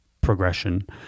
progression